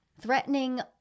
threatening